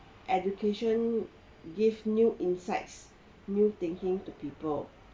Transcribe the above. education give new insights new thinking to people